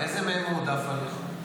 איזה מהם מועדף עליך?